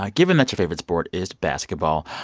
ah given that your favorite sport is basketball,